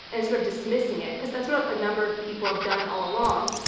and sort of dismissing it, because that's what a number of people have done all along,